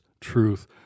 truth